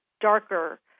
darker